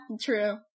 true